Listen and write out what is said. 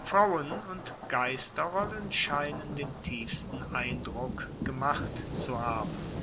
frauen und geisterrollen scheinen den tiefsten eindruck gemacht zu haben